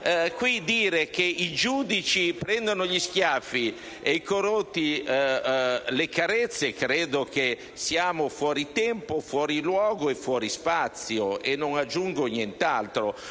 Dicendo che i giudici prendono gli schiaffi e i corrotti le carezze, credo che siamo fuori tempo, fuori luogo e fuori spazio; e non aggiungo nient'altro.